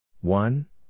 One